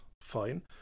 fine